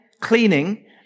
cleaning